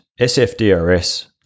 SFDRS